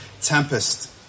tempest